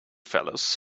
fellas